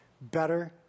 better